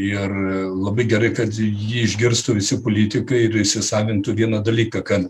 ir labai gerai kad jį išgirstų visi politikai ir įsisavintų vieną dalyką kad